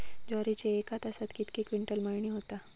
ज्वारीची एका तासात कितके क्विंटल मळणी होता?